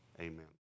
amen